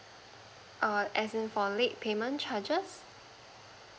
err as in for late payment charges